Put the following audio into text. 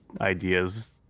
ideas